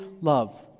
love